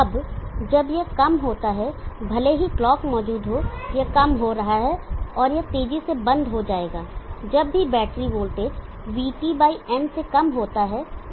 अब जब यह कम होता है भले ही क्लॉक मौजूद हो यह कम हो रहा है और यह तेजी से बंद हो जाएगा जब भी बैटरी वोल्टेज VTn से कम होता है